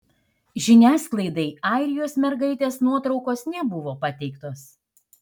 žiniasklaidai airijos mergaitės nuotraukos nebuvo pateiktos